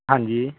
ਹਾਂਜੀ